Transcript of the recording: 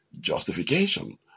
Justification